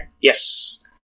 Yes